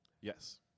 Yes